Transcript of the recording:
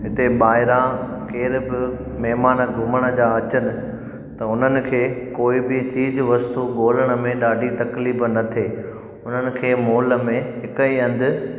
हिते ॿाहिरा केर बि महमान घुमण था अचनि त हुननि खे कोई बि चीज वस्तु ॻोल्हण में ॾाढी तकलीफ़ न थिए हुननि खे मॉल में हिकु ई हंधि